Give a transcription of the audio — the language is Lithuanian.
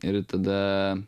ir tada